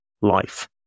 life